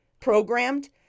programmed